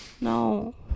No